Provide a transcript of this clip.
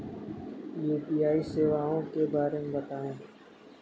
UPI सेवाओं के बारे में बताएँ?